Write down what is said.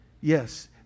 Yes